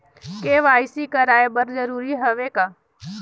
KYC कराय बर जरूरी हवे का?